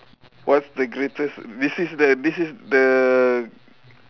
what's the greatest this is the this is the